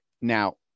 Now